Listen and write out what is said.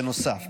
בנוסף,